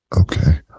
Okay